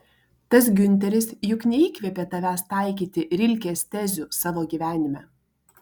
tas giunteris juk neįkvėpė tavęs taikyti rilkės tezių savo gyvenime